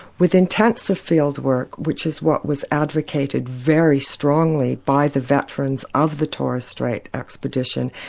with intensive field work, which is what was advocated very strongly by the veterans of the torres strait expedition,